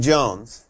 Jones